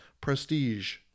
prestige